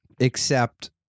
except-